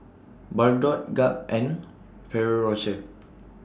Bardot Gap and Ferrero Rocher